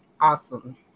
awesome